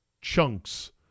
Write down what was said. chunks